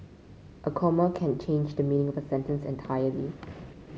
a comma can change the meaning of a sentence entirely